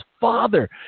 father